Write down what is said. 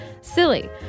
Silly